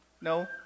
No